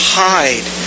hide